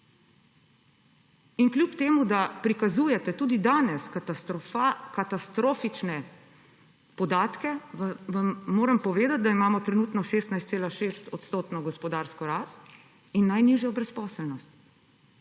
Kljub temu da prikazujete tudi danes katastrofične podatke, vam moram povedati, da imamo trenutno 16,6-odstotno gospodarsko rast in najnižjo brezposelnost.